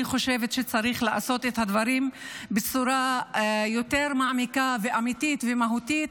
אני חושבת שצריך לעשות את הדברים בצורה יותר מעמיקה ואמיתית ומהותית,